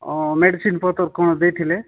ଅ ମେଡିସିନ୍ ପତର କ'ଣ ଦେଇଥିଲେ